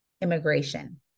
immigration